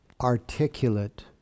articulate